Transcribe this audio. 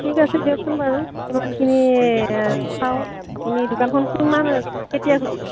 ঠিক আছে দিয়কচোন বাৰু কিমানখিনি চাওঁ আপুনি দোকানখন কিমান কেতিয়া খুলিব